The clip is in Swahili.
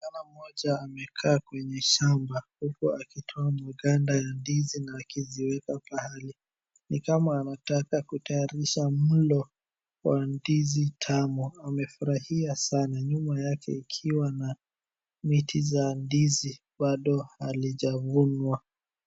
Kijana mmoja amekaa kwenye shamba huku akitoa maganda ya ndizi na akiziweka pahali ni kama anataka kutayarisha mlo wa ndizi tamu, amefurahia sana. Nyuma yake ikiwa na miti za ndizi bado halijavunwa.